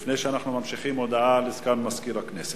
לפני שאנחנו ממשיכים, הודעה לסגן מזכיר הכנסת.